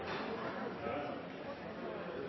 mot